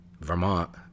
Vermont